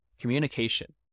communication